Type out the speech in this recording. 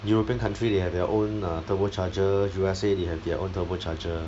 european country they have their own um turbo charger U_S_A they have their own turbo charger